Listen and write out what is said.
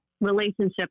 relationship